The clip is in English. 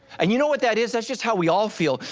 and you know what that is? that's just how we all feel,